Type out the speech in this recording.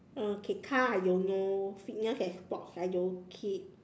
okay car I don't know fitness and sports I don't keep